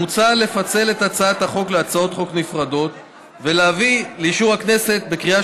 מוצע לפצל את הצעת החוק להצעות חוק נפרדות ולהביא לאישור הכנסת בקריאה